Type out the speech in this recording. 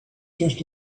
just